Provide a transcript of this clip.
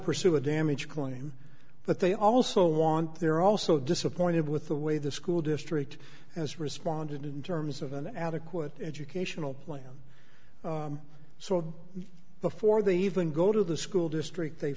pursue a damage claim but they also want they're also disappointed with the way the school district has responded in terms of an adequate educational plan so before they even go to the school district they